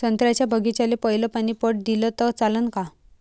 संत्र्याच्या बागीचाले पयलं पानी पट दिलं त चालन का?